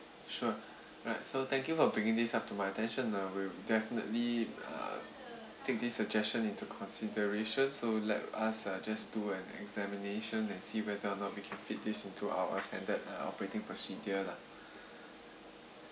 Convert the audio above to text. sure right so thank you for bringing this up to my attention uh we'll definitely uh take this suggestion into consideration so let us uh just do an examination and see whether or not we can fit this into our standard uh operating procedure lah